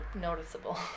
noticeable